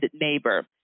neighbor